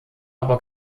aber